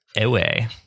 away